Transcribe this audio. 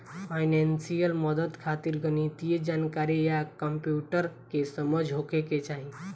financial मदद खातिर गणितीय जानकारी आ कंप्यूटर के समझ होखे के चाही